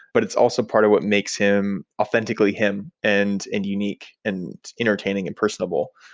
but it's also part of what makes him authentically him and and unique and entertaining and personable.